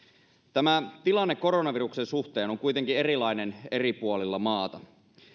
tämä tilanne koronaviruksen suhteen on kuitenkin erilainen eri puolilla maata